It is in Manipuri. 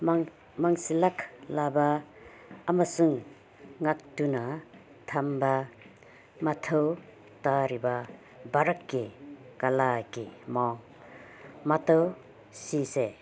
ꯃꯥꯡꯁꯤꯜꯂꯛꯂꯕ ꯑꯃꯁꯨꯡ ꯉꯥꯛꯇꯨꯅ ꯊꯝꯕ ꯃꯊꯧ ꯇꯥꯔꯤꯕ ꯚꯥꯔꯠꯀꯤ ꯀꯂꯥꯒꯤ ꯃꯑꯣꯡ ꯃꯇꯧ ꯁꯤꯁꯦ